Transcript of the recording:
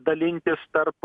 dalintis tarp